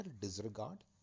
disregard